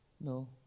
No